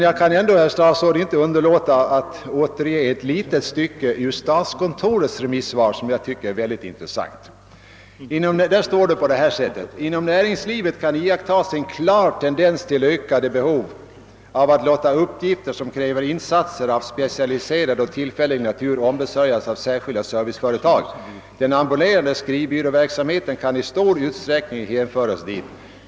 Jag kan ändå, herr statsråd, inte underlåta att återge ett litet stycke ur statskontorets remissvar, som är mycket intressant. Statskontoret anför: »Inom näringslivet kan iakttas en klar tendens till ökade behov av att låta uppgifter som kräver insatser av specialiserad och tillfällig natur ombesörjas av särskilda serviceföretag. Den ambulerande skrivbyråverksamheten kan i stor utsträckning hänföras dit.